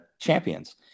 champions